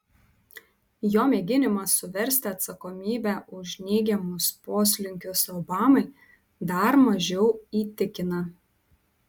jo mėginimas suversti atsakomybę už neigiamus poslinkius obamai dar mažiau įtikina